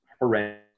horrendous